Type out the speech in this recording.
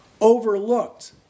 overlooked